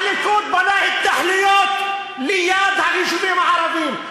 הליכוד בנה התנחלויות ליד היישובים הערביים,